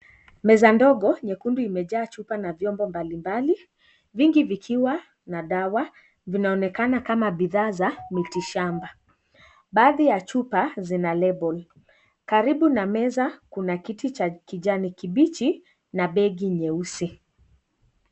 Meza ndogo nyekundu imejaa chupa na vyombo mbalimbali ,vingi vikiwa na dawa vinaonekana kama bidhaa za miti shamba. Baadhi ya chupa zina (CS)label(CS),karibu na meza kuna kiti cha kijani kibichi na begi nyeusi.